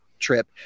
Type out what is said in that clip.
trip